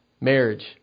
marriage